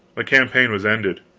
the campaign was ended,